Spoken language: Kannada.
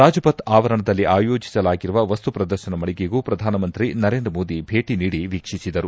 ರಾಜಪಥ್ ಆವರಣದಲ್ಲಿ ಆಯೋಜಿಸಲಾಗಿರುವ ವಸ್ತು ಪ್ರದರ್ಶನ ಮಳಿಗೆಗೂ ಪ್ರಧಾನಮಂತ್ರಿ ನರೇಂದ್ರ ಮೋದಿ ಭೇಟಿ ನೀಡಿ ವೀಕ್ಸಿಸಿದರು